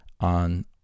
on